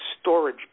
storage